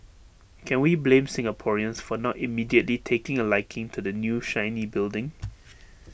can we blame Singaporeans for not immediately taking A liking to the new shiny building